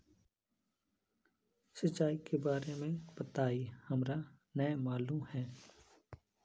सिंचाई के बारे में बताई हमरा नय मालूम है?